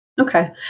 Okay